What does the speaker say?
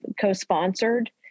co-sponsored